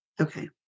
Okay